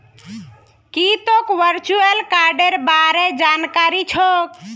की तोक वर्चुअल कार्डेर बार जानकारी छोक